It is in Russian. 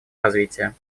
развития